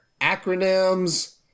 acronyms